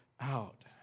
out